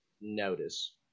notice